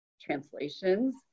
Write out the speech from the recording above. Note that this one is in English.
translations